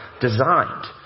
designed